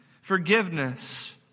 Forgiveness